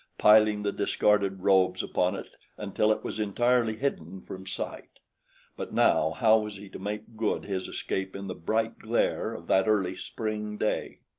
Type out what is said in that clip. piling the discarded robes upon it until it was entirely hidden from sight but now how was he to make good his escape in the bright glare of that early spring day?